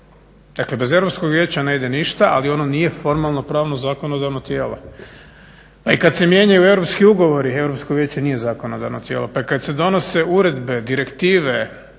Dakle bez Europskog vijeća ne ide ništa ali ono nije formalno pravno zakonodavno tijelo. I kada se mijenjaju europski ugovori Europsko vijeće nije zakonodavno tijelo, pa i kada se donose uredbe, direktive,